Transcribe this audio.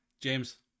James